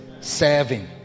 serving